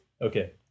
Okay